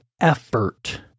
effort